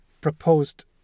proposed